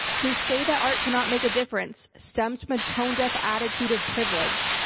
to say that art cannot make a difference stems from a tone deaf attitude of privilege.